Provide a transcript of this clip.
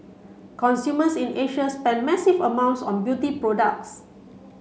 consumers in Asia spend massive amounts on beauty products